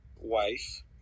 wife